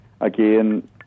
again